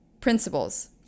principles